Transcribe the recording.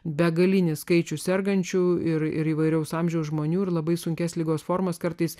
begalinį skaičių sergančių ir ir įvairaus amžiaus žmonių ir labai sunkias ligos formos kartais